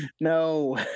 No